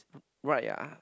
right ah